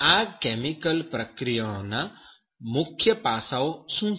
અને આ કેમિકલ પ્રક્રિયાઓના મુખ્ય પાસાઓ શું છે